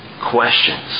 questions